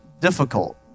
difficult